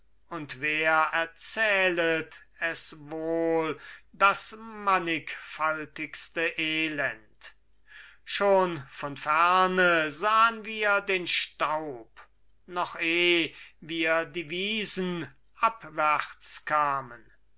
und wer erzählet es wohl das mannigfaltigste elend schon von ferne sahn wir den staub noch eh wir die wiesen abwärts kamen